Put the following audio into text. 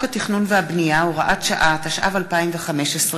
התכנון והבנייה (הוראת שעה) התשע"ו 2015,